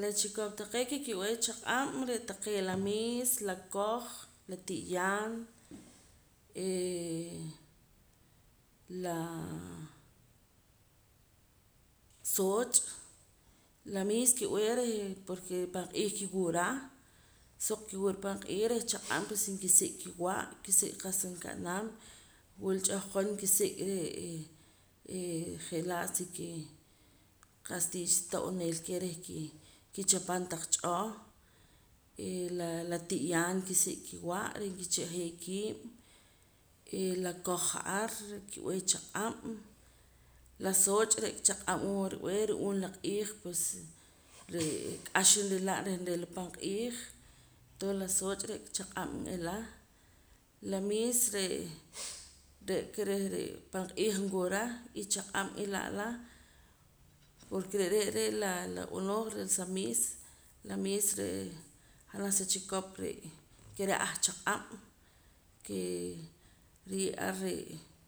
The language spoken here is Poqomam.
La chikop taqee' ke ki'b'ee chaq'ab' re' taqee' la miis la koj la ti'yaan laa sootz' la miis ki'b'ee reh porque pan q'iij ki'wura suq ki'wura panq'iij reh chaq'ab' pues nkisik' kiwa' nkisik' qa'sa nka'nam wila chahqon kisik' re'ee je'laa si kii qa'sa tiicha to'oonel keh reh kii reh kichapam taq ch'oh eh la ti'yaan nkisik' kiwa' reh nkicha'jee kiim eh la koj ja'ar ki'b'ee chaq'ab' la sooch' re'ka chaq'ab' hora nb'ee ru'uum la q'iij pues re' k'axa nrila' reh nrila pan q'iij tonses la sooch' re'ka chaq'ab' n'iila la miis re'ee re'ka reh reh panq'iij nwura y chaq'ab' ila'la porque re' re' laa la b'anooj la sa miis la miis reh janaj sa chikop re' ke reh ahchaq'ab' kee riye'ar re'